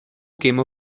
came